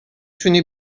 تونی